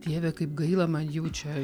dieve kaip gaila man jų čia